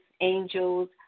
angels